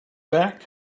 back